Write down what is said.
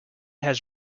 has